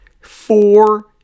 four